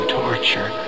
torture